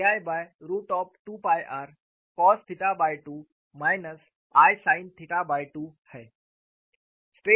तो Z 1 और कुछ नहीं बल्कि KI2rcos2 isin2 हैं